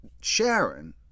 Sharon